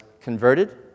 converted